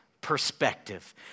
perspective